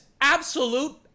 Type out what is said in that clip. absolute